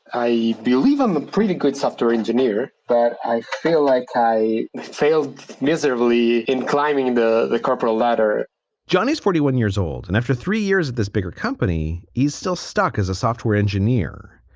i believe i'm a pretty good software engineer, but i feel like i failed miserably in climbing the the corporate ladder john is forty one years old, and after three years of this bigger company, he's still stuck as a software engineer.